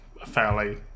fairly